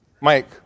Mike